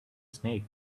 snake